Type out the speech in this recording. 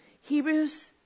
hebrews